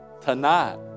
tonight